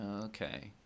Okay